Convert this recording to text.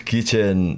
Kitchen